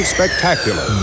Spectacular